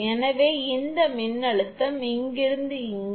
எனவே இந்த மின்னழுத்தம் இங்கிருந்து இங்கே